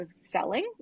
selling